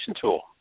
tool